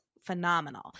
phenomenal